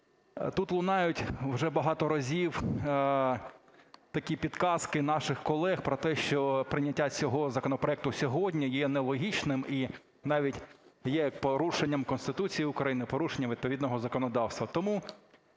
тут лунають вже багато разів такі підказки наших колег про те, що прийняття цього законопроекту сьогодні є нелогічним і навіть є порушенням Конституції України, порушенням відповідного законодавства.